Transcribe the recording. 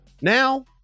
Now